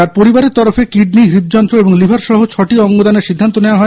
তাঁর পরিবারের তরফে কিডনী হৃদযন্ত্র এবং লিভার সংহ দুটি অঙ্গদানের সিদ্ধান্ত নেওয়া হয়